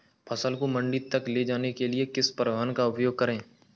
फसल को मंडी तक ले जाने के लिए किस परिवहन का उपयोग करें?